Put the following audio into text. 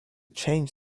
change